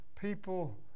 people